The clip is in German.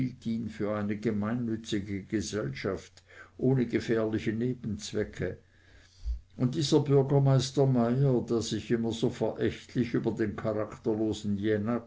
für eine gemeinnützige gesellschaft ohne gefährliche nebenzwecke und dieser bürgermeister meyer der sich immer so verächtlich über den